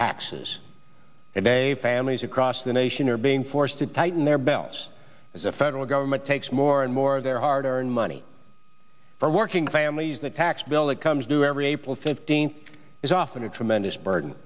taxes and a families across the nation are being forced to tighten their belts as the federal government takes more and more their hard earned money for working families the tax bill that comes due every april fifteenth is often a tremendous burden